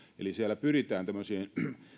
eli siellä pyritään tämmöisiin